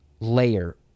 layer